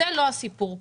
זה לא הסיפור פה.